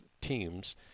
teams